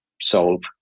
solve